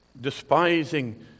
despising